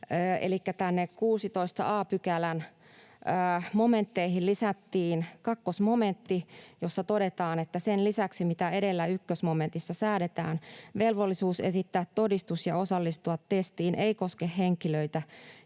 tänne 16 a §:n momentteihin lisättiin 2 momentti, jossa todetaan: ”Sen lisäksi, mitä edellä 1 momentissa säädetään, velvollisuus esittää todistus ja osallistua testiin ei koske henkilöitä,